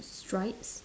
stripes